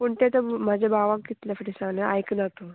पूण ते म्हाज्या भावाक कितल्या फाटी सांगलें आयकना तो